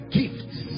gifts